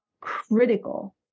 critical